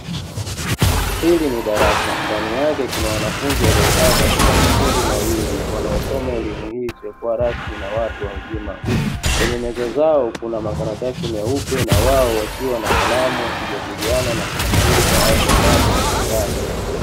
Hili ni darasa ndani yake kuna wanafunzi waliyokaa katika makundi mawili wanaosoma elimu hii isiyokuwa rasmi na ya watu wazima, kwenye meza zao kuna makaratasi meupe na wao wakiwa na kalamu wakijadiliana na kunakili baadhi ya mambo mbalimbali.